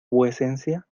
vuecencia